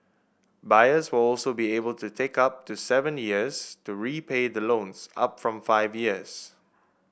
buyers will also be able to take up to seven years to repay the loans up from five years